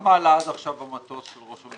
כמה עלה עד עכשיו המטוס של ראש הממשלה?